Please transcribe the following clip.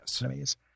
enemies